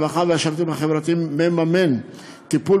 הרווחה והשירותים החברתיים מממן טיפול